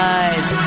eyes